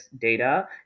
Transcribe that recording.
data